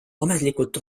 ametlikult